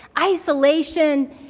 isolation